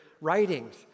writings